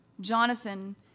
Jonathan